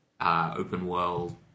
open-world